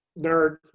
Nerd